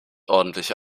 ordentliche